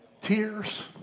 tears